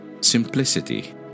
Simplicity